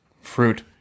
Fruit